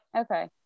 Okay